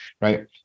right